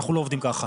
אנחנו לא עובדים ככה.